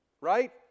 right